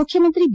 ಮುಖ್ಯಮಂತ್ರಿ ಬಿ